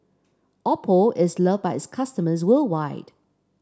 Oppo is loved by its customers worldwide